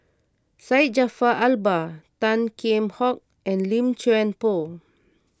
Syed Jaafar Albar Tan Kheam Hock and Lim Chuan Poh